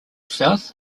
south